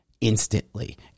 instantly